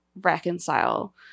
reconcile